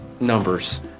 numbers